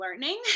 learning